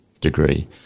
degree